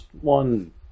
one